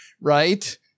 right